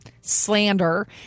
slander